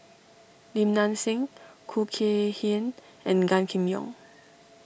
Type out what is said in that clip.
Lim Nang Seng Khoo Kay Hian and Gan Kim Yong